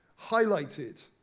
highlighted